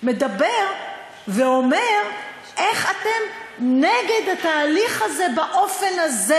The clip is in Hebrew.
מדבר ואומר איך אתם נגד התהליך הזה באופן הזה,